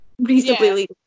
reasonably